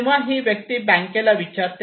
तेव्हा ही व्यक्ती बँकेला विचारते